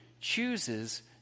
chooses